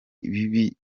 bibi